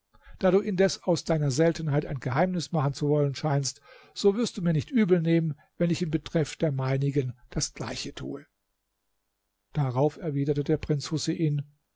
da du indes aus deiner seltenheit ein geheimnis machen zu wollen scheinst so wirst du mir nicht übel nehmen wenn ich in betreff der meinigen das gleiche tue darauf erwiderte der prinz husein